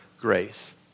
grace